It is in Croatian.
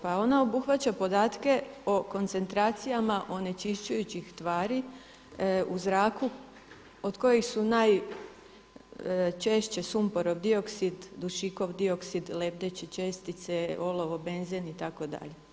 Pa ona obuhvaća podatke o koncentracijama onečišćujućih tvari u zraku od kojih su najčešće sumporov dioksid, dušikov dioksid, lebdeće čestice, olovo, benzin itd.